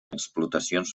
explotacions